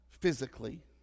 physically